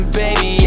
baby